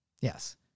Yes